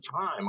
time